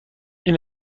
این